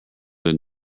than